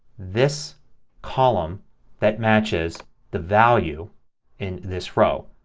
this column that matches the value in this row.